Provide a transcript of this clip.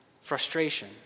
frustration